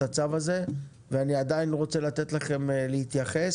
הצו הזה ואני עדיין רוצה לתת לכם להתייחס.